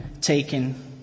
taken